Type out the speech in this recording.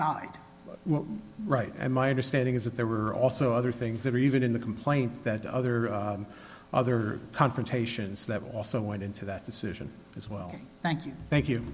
died right and my understanding is that there were also other things that are even in the complaint that other other confrontations that also went into that decision as well thank you thank you